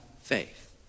faith